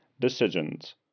decisions